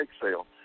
sale